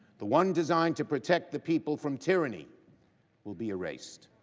the one designed to protect the people from tyranny will be erased.